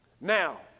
Now